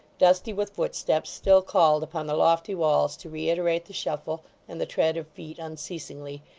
dusty with footsteps, still called upon the lofty walls to reiterate the shuffle and the tread of feet unceasingly,